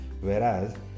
Whereas